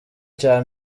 cya